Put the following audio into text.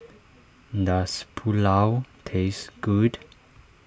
does Pulao taste good